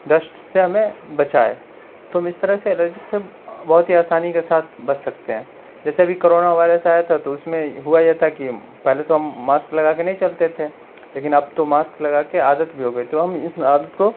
dust سے ہمیں بچائے تو ہم اس طرح سے الرجک سے بہت ہی آسانی کے ساتھ بچ سکتے ہیں جیسے ابھی کورونا وائرس آیا تھا تو اس میں ہوا یہ تھا کہ پہلے تو ہم ماسک لگا کے نہیں چلتے تھے لیکن اب تو ماسک لگا کے عادت بھی ہو گئی تو ہم اس عادت کو